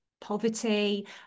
poverty